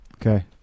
Okay